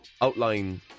outline